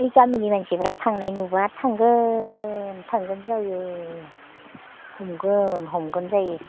बै गामिनि मानसिफ्रा थांनाय नुब्ला थांगोन थांगोन जायो नुगोन हमगोन जायो